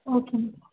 okay ma'am